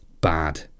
bad